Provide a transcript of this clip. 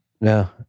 no